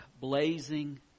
blazing